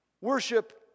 Worship